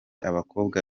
abakobwa